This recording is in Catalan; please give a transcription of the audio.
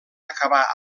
acabar